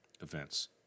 events